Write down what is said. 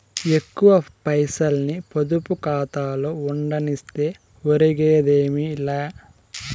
ఎక్కువ పైసల్ని పొదుపు కాతాలో ఉండనిస్తే ఒరిగేదేమీ లా